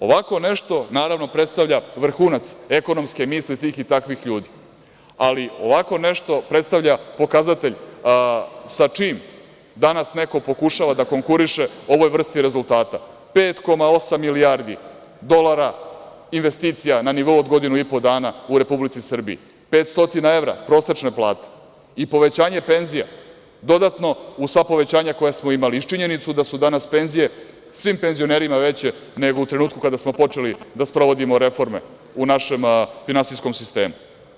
Ovako nešto naravno predstavlja vrhunac ekonomske misli tih i takvih ljudi, ali ovako nešto predstavlja pokazatelj sa čim danas neko pokušava da konkuriše ovoj vrsti rezultata, 5,8 milijardi dolara investicija na nivou od godinu i po dana u Republici Srbiji, 500 evra prosečna plata i povećanje penzija dodatno uz sva povećanja koja smo imali i činjenicu da su danas penzije svim penzionerima veće nego u trenutku kada smo počeli da sprovodimo reforme u našem finansijskom sistemu.